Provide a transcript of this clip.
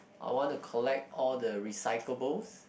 I want to collect all the recyclables